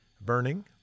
burning